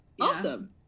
awesome